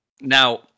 Now